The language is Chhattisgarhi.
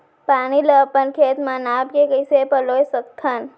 पानी ला अपन खेत म नाप के कइसे पलोय सकथन?